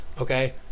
okay